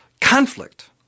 conflict